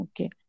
Okay